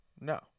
No